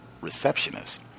receptionist